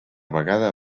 vegada